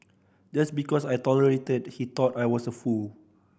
just because I tolerated he thought I was a fool